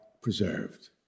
preserved